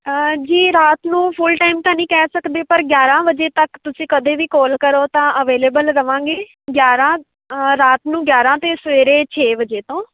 ਜੀ ਰਾਤ ਨੂੰ ਫੁੱਲ ਟਾਈਮ ਤਾਂ ਨਹੀਂ ਕਹਿ ਸਕਦੇ ਪਰ ਗਿਆਰਾਂ ਵਜੇ ਤੱਕ ਤੁਸੀਂ ਕਦੇ ਵੀ ਕਾਲ ਕਰੋ ਤਾਂ ਅਵੇਲੇਬਲ ਰਹਾਂਗੇ ਗਿਆਰਾਂ ਰਾਤ ਨੂੰ ਗਿਆਰਾਂ ਅਤੇ ਸਵੇਰੇ ਛੇ ਵਜੇ ਤੋਂ